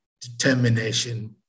determination